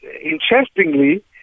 interestingly